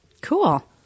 Cool